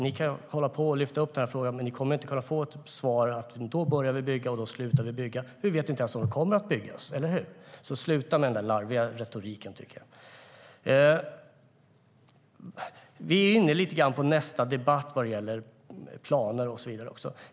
Ni kan hålla på och lyfta upp den, men ni kommer inte att kunna få något svar om att vi ska börja eller sluta bygga då eller då. Vi vet inte ens om det kommer att byggas, eller hur? Jag tycker att ni ska sluta med den där larviga retoriken. Vi är inne lite grann på nästa debatt vad gäller planer och så vidare.